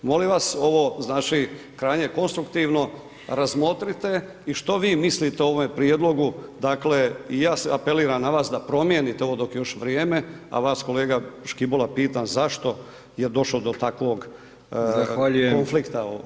Molim vas ovo, znači krajnje konstruktivno razmotrite i što vi mislite o ovome prijedlogu, dakle, i ja apeliram na vas da promijenite ovo dok je još vrijeme, a vas kolega Škibola pitam zašto je došlo do takvog [[Upadica: Zahvaljujem…]] konflikta?